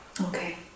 Okay